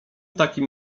takim